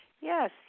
Yes